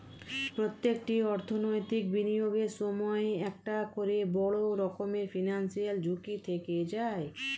প্রত্যেকটি অর্থনৈতিক বিনিয়োগের সময়ই একটা করে বড় রকমের ফিনান্সিয়াল ঝুঁকি থেকে যায়